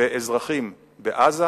באזרחים בעזה,